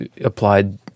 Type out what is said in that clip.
applied